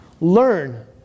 learn